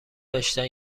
داشتن